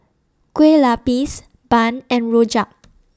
Kue Lupis Bun and Rojak